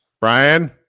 Brian